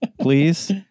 please